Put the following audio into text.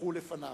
הלכו לפניו.